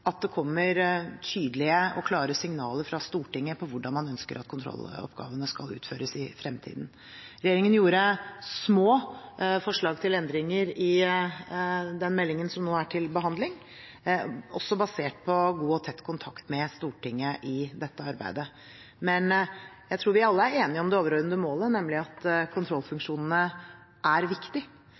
at det kommer tydelige og klare signaler fra Stortinget om hvordan man ønsker at kontrolloppgavene skal utføres i fremtiden. Regjeringen gjorde små forslag til endringer i den meldingen som nå er til behandling, også basert på god og tett kontakt med Stortinget i dette arbeidet. Men jeg tror vi alle er enige om det overordnede målet, nemlig at kontrollfunksjonene er viktige. Da er det selvfølgelig også viktig